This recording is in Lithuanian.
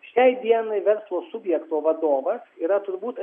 šiai dienai verslo subjekto vadovas yra turbūt